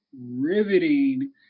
riveting